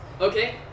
Okay